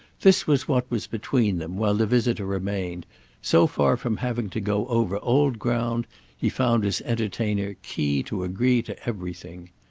this was what was between them while the visitor remained so far from having to go over old ground he found his entertainer keen to agree to everything.